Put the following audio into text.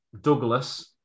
Douglas